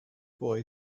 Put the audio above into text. boy